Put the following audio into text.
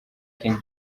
king